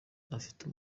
ufite